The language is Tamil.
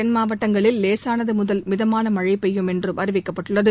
தென் மாவட்டங்களில் லேசானது முதல் மிதமான மழை பெய்யும் ஏனைய என்றம் அறிவிக்கப்பட்டுள்ளது